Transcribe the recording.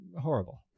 horrible